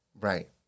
Right